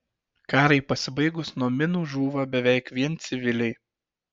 karui pasibaigus nuo minų žūva beveik vien civiliai